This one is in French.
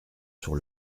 sur